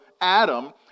Adam